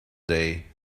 day